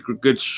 good